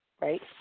right